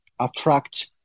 attract